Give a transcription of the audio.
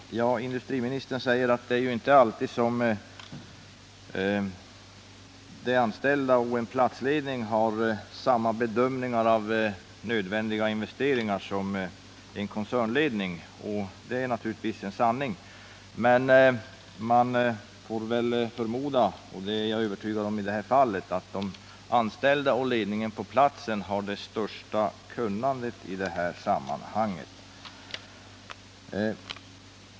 Herr talman! Industriministern säger att de anställda och platsledningen inte alltid gör samma bedömningar av vad som är nödvändiga investeringar som de som görs av en koncernledning, och det är naturligtvis en sanning. Men man får väl förmoda — och jag är övertygad om att så är förhållandet i det här fallet — att de anställda och ledningen på platsen har det största kunnandet idetta avseende.